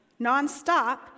nonstop